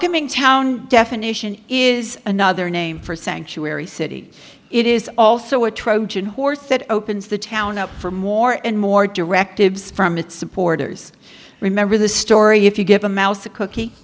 welcoming town definition is another name for sanctuary city it is also a trojan horse that opens the town up for more and more directives from its supporters remember the story if you give a mouse a cookie